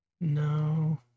No